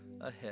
ahead